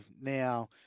now